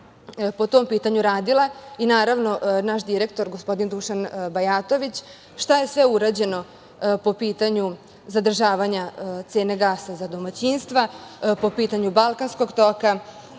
po tom pitanju radila i naravno naš direktor, gospodin Dušan Bajatović, šta je sve urađeno po pitanju zadržavanja cene gasa za domaćinstva, po pitanju balkanskog toka,